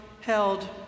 held